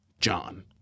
John